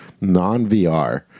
non-vr